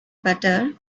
butter